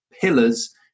pillars